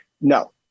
No